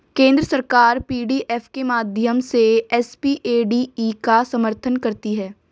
केंद्र सरकार पी.डी.एफ के माध्यम से एस.पी.ए.डी.ई का समर्थन करती है